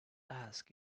ask